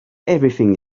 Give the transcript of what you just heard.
everything